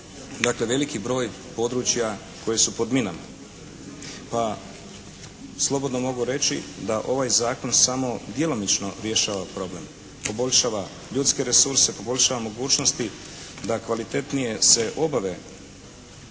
dakle veliki područja koje su pod minama. Pa slobodno mogu reći da ovaj zakon samo djelomično rješava problem. Poboljšava ljudske resurse, poboljšava mogućnosti da kvalitetnije se obave